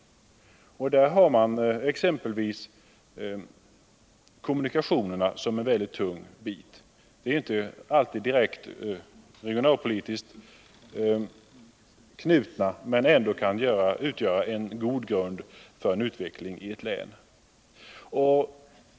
I det här sammanhanget väger åtgärder på kommunikationsområdet mycket tungt. Kommunikationerna är t.ex. inte alltid regionalpolitiskt knutna, men de kan ändå utgöra en god grund för en utveckling i ett län.